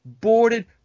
boarded